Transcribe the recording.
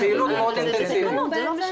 החוזרים פורסמו?